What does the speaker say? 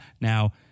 Now